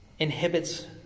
inhibits